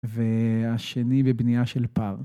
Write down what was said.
והשני בבנייה של פר.